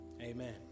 Amen